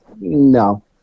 No